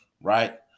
right